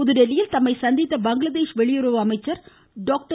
புதுதில்லியில் தம்மை சந்தித்த பங்களாதேஷ் வெளியுறவு அமைச்சர் டாக்டர்